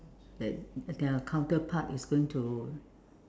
that their counterpart is going to